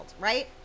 right